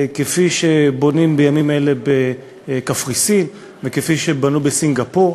כפי שבונים בימים אלה בקפריסין וכפי שבנו בסינגפור,